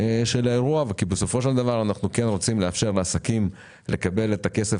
האירוע כי בסופו של דבר אנחנו כן רוצים לאפשר לעסקים לקבל את הכסף